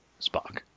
spock